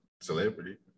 celebrity